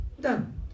done